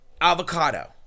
avocado